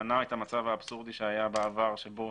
שמנע את המצב האבסורדי שהיה בעבר שבו